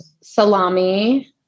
salami